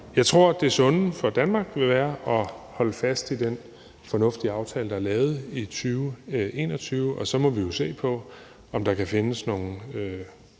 jeg tror, at det sunde for Danmark vil være at holde fast i den fornuftige aftale, der er lavet i 2021, og så må vi jo se på, om der kan findes nogle